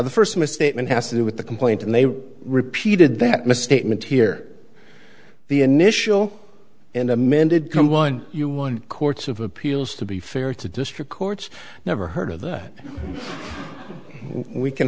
the first misstatement has to do with the complaint and they repeated that misstatement here the initial and amended come one you want courts of appeals to be fair to district courts never heard of that we can